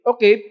Okay